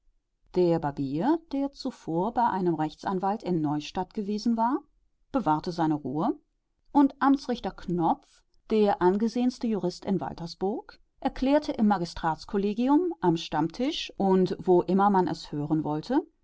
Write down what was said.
der barbier der zuvor bei einem rechtsanwalt in neustadt gewesen war bewahrte seine ruhe und amtsrichter knopf der angesehenste jurist in waltersburg erklärte im magistratskollegium am stammtisch und wo immer man es hören wollte